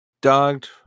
Dogged